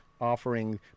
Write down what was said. offering